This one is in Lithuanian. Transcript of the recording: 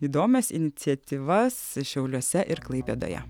įdomias iniciatyvas šiauliuose ir klaipėdoje